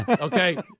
Okay